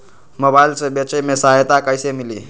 Mobile से बेचे में सहायता कईसे मिली?